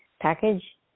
package